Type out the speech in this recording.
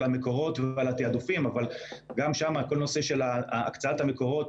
המקורות ועל התעדופים אבל גם שם כל נושא הקצאת המקורות,